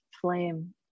flame